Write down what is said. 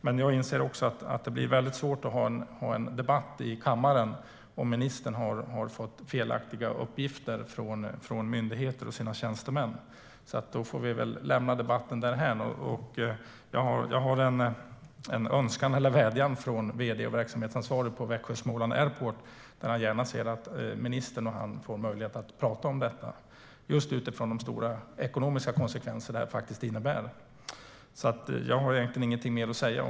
Men jag inser att det blir svårt att föra en debatt i kammaren om ministern har fått felaktiga uppgifter från myndigheter och tjänstemän. Då får vi väl lämna debatten därhän. Jag har dock en vädjan från vd och verksamhetsansvarig på Växjö Småland Airport. Han ser gärna att ministern och han får möjlighet att prata om de stora ekonomiska konsekvenser som det här faktiskt innebär. Jag har egentligen inget mer att säga.